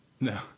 No